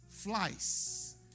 Flies